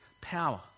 power